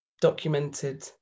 documented